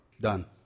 Done